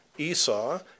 Esau